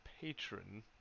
patron